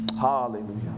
Hallelujah